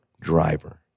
driver